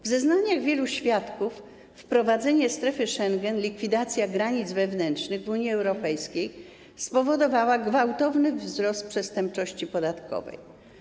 Według zeznań wielu świadków wprowadzenie strefy Schengen, likwidacja granic wewnętrznych w Unii Europejskiej spowodowały gwałtowny wzrost przestępczości podatkowej.